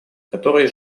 которые